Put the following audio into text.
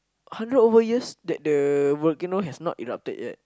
hundred over years that the volcano has not erupted yet